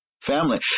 Family